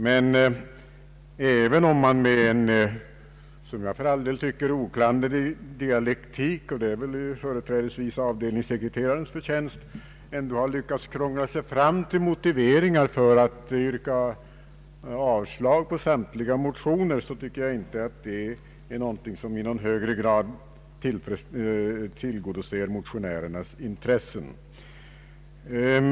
Men även om man med en för all del oklanderlig dialektik — det är väl företrädesvis avdelningssekreterarens förtjänst — har lyckats krångla sig fram till motiveringar för att yrka avslag på samtliga motioner, anser jag inte att det är något som i högre grad tillgodoser motionärernas intressen.